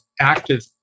active